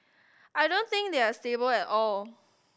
I don't think they are stable at all